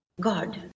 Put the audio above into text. god